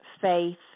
faith